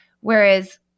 Whereas